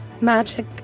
magic